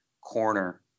corner